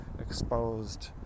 exposed